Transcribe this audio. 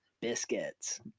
Biscuits